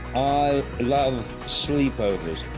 i love sleep overs.